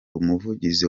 umuvugizi